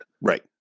right